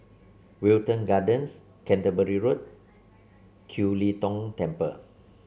Wilton Gardens Canterbury Road Kiew Lee Tong Temple